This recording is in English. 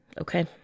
Okay